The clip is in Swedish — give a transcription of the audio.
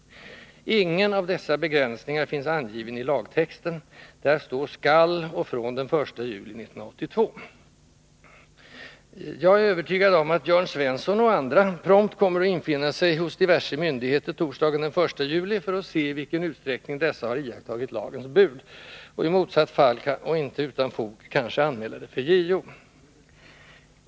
Ingen av dessa begränsningar finns angiven i lagtexten. Där står skall och från den 1 juli 1982. Jag är övertygad om att Jörn Svensson och andra prompt kommer att infinna sig hos diverse myndigheter torsdagen den 1 juli för att se i vilken utsträckning dessa har iakttagit lagens bud, och i motsatt fall och inte utan fog kanske anmäla det för JO.